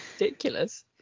ridiculous